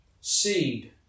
seed